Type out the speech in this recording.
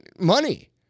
money